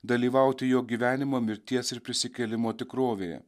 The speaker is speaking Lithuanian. dalyvauti jo gyvenimo mirties ir prisikėlimo tikrovėje